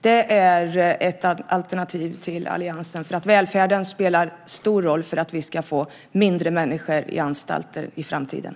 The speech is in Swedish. Det är ett alternativ till alliansen. Välfärden spelar stor roll för att vi ska få mindre människor i anstalter i framtiden.